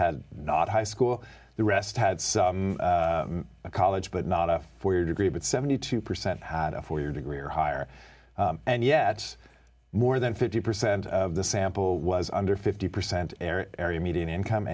had not high school the rest had a college but not a four year degree but seventy two percent had a four year degree or higher and yet more than fifty percent of the sample was under fifty percent area median income